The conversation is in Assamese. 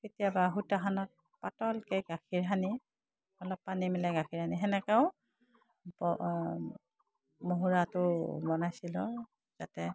কেতিয়াবা সূতাখনত পাতলকৈ গাখীৰ সানি অলপ পানী মিলাই গাখীৰ সানি সেনেকৈও মহুৰাটো বনাইছিলোঁ যাতে